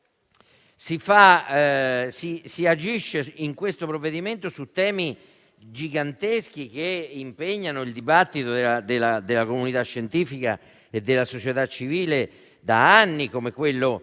Si agisce, nel provvedimento, su temi giganteschi che impegnano il dibattito della comunità scientifica e della società civile da anni, come quello